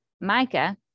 Micah